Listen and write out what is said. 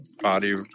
body